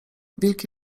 wilki